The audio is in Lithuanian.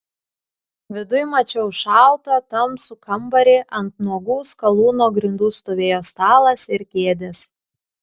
viduj mačiau šaltą tamsų kambarį ant nuogų skalūno grindų stovėjo stalas ir kėdės